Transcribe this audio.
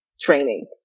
training